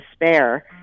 despair